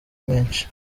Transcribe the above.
menshi